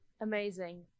Amazing